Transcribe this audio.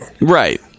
Right